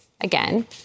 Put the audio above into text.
Again